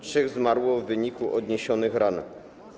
Trzech zmarło w wyniku odniesionych ran.